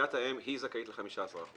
סיעת האם זכאית ל-15%.